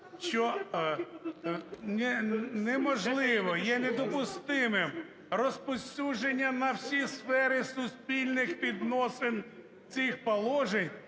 що неможливо, є недопустимим розповсюдження на всі сфери суспільних відносин цих положень